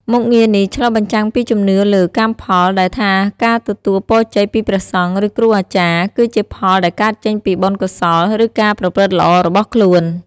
មុខងារនេះឆ្លុះបញ្ចាំងពីជំនឿលើ កម្មផល ដែលថាការទទួលពរជ័យពីព្រះសង្ឃ ឬគ្រូអាចារ្យ គឺជាផលដែលកើតចេញពីបុណ្យកុសល ឬការប្រព្រឹត្តល្អរបស់ខ្លួន។